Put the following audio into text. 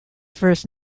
first